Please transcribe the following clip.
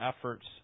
efforts